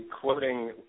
quoting